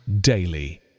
daily